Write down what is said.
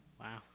Wow